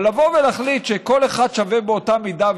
אבל לבוא ולהחליט שכל אחד שווה באותה מידה,